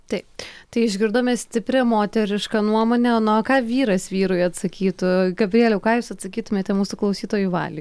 taip tai išgirdome stiprią moterišką nuomonę na o ką vyras vyrui atsakytų gabrieliau ką jūs atsakytumėte mūsų klausytojui valiui